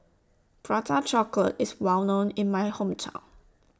Prata Chocolate IS Well known in My Hometown